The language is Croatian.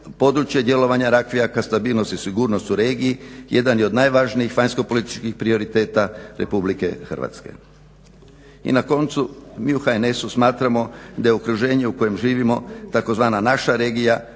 područje djelovanja Rakvijaka, stabilnost i sigurnost u regiji jedan je od najvažnijih vanjsko političkih prioriteta RH. I na koncu, mi u HNS-u smatramo da je okruženje u kojem živimo tzv. naša regija,